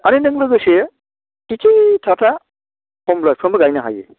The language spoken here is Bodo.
आरो नों लोगोसे थिथि थाथा खमला बिफांबो गायनो हायो